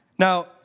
Now